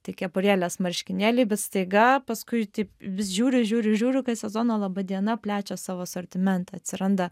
tai kepurėlės marškinėliai bet staiga paskui taip vis žiūriu žiūriu žiūriu kad sezono laba diena plečia savo asortimentą atsiranda